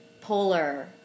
polar